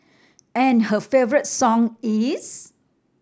and her favourite song is